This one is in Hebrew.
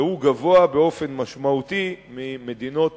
והוא גדול באופן משמעותי לעומת מדינות